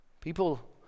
People